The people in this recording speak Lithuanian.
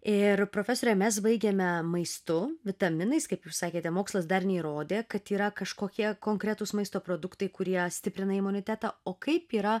ir profesore mes baigėme maistu vitaminais kaip jūs sakėte mokslas dar neįrodė kad yra kažkokie konkretūs maisto produktai kurie stiprina imunitetą o kaip yra